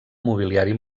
mobiliari